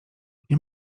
nie